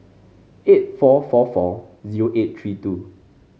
eight four four four zero eight three two